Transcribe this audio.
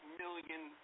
million